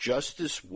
Justice